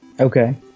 Okay